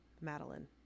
Madeline